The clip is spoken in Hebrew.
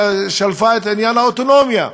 שלפה את עניין האוטונומיה.